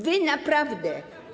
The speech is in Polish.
Wy naprawdę.